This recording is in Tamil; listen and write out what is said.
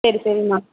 சரி சரிம்மா